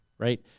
Right